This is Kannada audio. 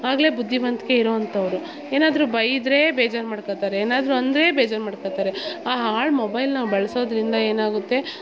ಆಗಲೆ ಬುದ್ಧಿವಂತಿಕೆ ಇರೋವಂತವರು ಏನಾದರು ಬೈದರೇ ಬೇಜಾರು ಮಾಡ್ಕೊತಾರೆ ಏನಾದರು ಅಂದರೇ ಬೇಜಾರು ಮಾಡ್ಕೊತಾರೆ ಆ ಹಾಳು ಮೊಬೈಲ್ನ ಬಳಸೋದ್ರಿಂದ ಏನಾಗುತ್ತೆ